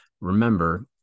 remember